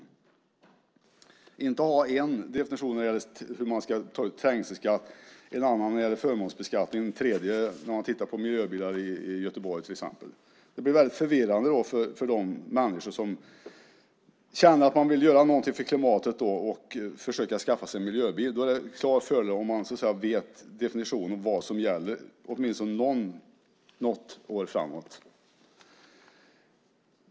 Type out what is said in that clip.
Vi kan inte ha en definition när det gäller hur man ska ta ut trängselskatt, en annan när det gäller förmånsbeskattning och en tredje när man tittar på miljöbilar i Göteborg, till exempel. Det blir väldigt förvirrande för de människor som känner att de vill göra någonting för klimatet och försöker skaffa sig en miljöbil. Då är det en klar fördel om man känner till definitionen och vet vad som gäller, åtminstone något år framåt.